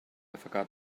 forgot